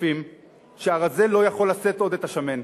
ושקפים שהרזה לא יכול לשאת עוד את השמן,